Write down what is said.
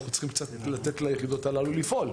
אנחנו צריכים לתת ליחידות הללו לפעול.